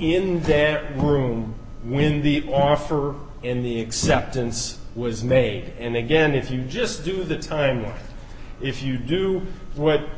in their room when the offer in the exact ince was made and again if you just do the time or if you do what